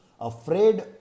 afraid